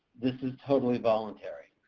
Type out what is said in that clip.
this is totally voluntary.